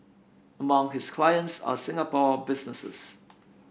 among his clients are Singapore businesses